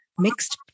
Mixed